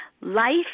Life